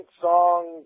song